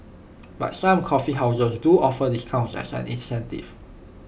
but some coffee houses do offer discounts as an incentive